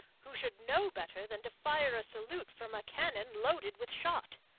who should know better than to fire a salute from a cannon loaded with shot.